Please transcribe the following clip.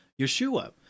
Yeshua